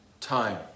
time